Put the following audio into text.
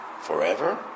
forever